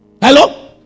hello